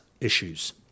issues